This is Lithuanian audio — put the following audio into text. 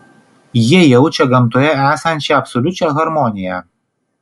jie jaučia gamtoje esančią absoliučią harmoniją